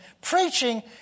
preaching